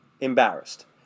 embarrassed